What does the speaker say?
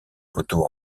poteaux